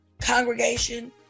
congregation